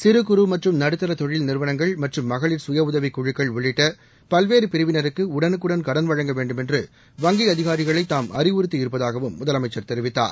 சிறு குறு மற்றும் நடுத்தர தொழில் நிறுவனங்கள் மற்றும் மகளிர் சுய உதவிக் குழுக்கள் உள்ளிட்ட பல்வேறு பிரிவினருக்கு உடனுக்குடள் கடன் வழங்க வேண்டுமென்று வங்கி அதிகாரிகளை தாம் அறிவுறுத்தியிருப்பதாகவும் முதலமைச்சர் தெரிவித்தார்